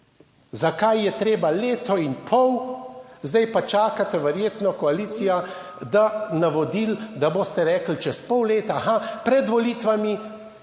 Zakaj je treba leto in pol, zdaj pa čakate verjetno, koalicija, navodil, da boste rekli čez pol leta, aha, pred volitvami